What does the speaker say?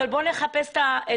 אבל בואו נחפש את המניעה,